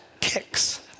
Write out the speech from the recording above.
kicks